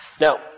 Now